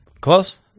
close